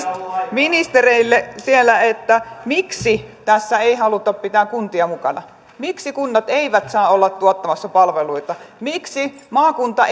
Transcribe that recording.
ministereille siellä miksi tässä ei haluta pitää kuntia mukana miksi kunnat eivät saa olla tuottamassa palveluita miksi maakunta